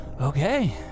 Okay